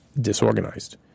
disorganized